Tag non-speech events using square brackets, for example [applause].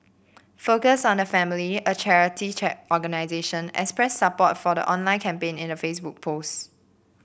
focus on the Family a charity [unintelligible] organisation expressed support for the online campaign in a Facebook post